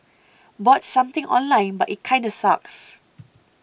bought something online but it kinda sucks